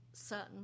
certain